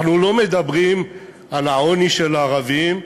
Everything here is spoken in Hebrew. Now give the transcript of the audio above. אנחנו לא מדברים על העוני של הערבים,